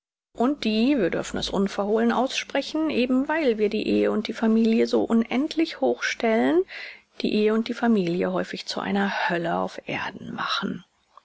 und die wir dürfen es unverholen aussprechen eben weil wir die ehe und die familie so unendlich hoch stellen die ehe und die familie häufig zu einer hölle auf erden machen